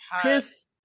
Chris